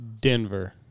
Denver